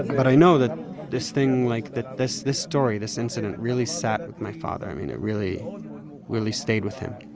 but i know that this thing like that this this story, this incident, really sat with my father. i mean, it really really stayed with him